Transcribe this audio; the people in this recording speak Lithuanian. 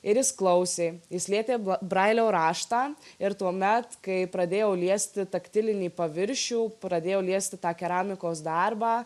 ir jis klausė jis lietė brailio raštą ir tuomet kai pradėjo liesti taktilinį paviršių pradėjo liesti tą keramikos darbą